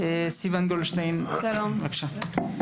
סיון גולדשטיין, בבקשה.